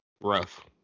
Rough